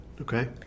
Okay